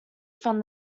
from